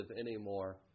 anymore